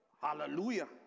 Hallelujah